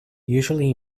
usually